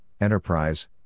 Enterprise